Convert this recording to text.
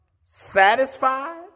satisfied